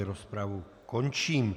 Rozpravu končím.